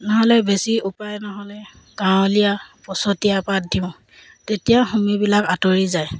নহ'লে বেছি উপায় নহ'লে গাঁৱলীয়া পচতীয়া পাত দিওঁ তেতিয়া হোমিবিলাক আঁতৰি যায়